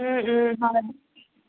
ওম ওম হয়